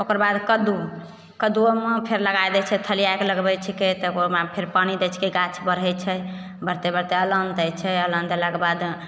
ओकरबाद कद्दू कद्दुओमे फेर लगाइ दै छै थलिआके लगबैत छिकै तऽ ओहोमे फेर पानि दै छिकै गाछ बढ़ैत छै बढ़ते बढ़ते अलान दै छै अलान देलाके बाद